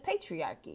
patriarchy